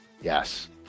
Yes